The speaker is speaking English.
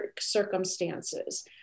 circumstances